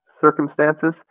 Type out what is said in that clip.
circumstances